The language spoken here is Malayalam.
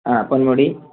ആ പൊന്മുടി